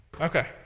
Okay